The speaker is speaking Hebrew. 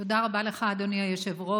תודה רבה לך, אדוני היושב-ראש.